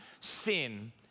sin